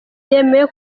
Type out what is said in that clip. byemewe